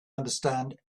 understand